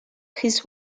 his